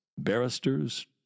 Barristers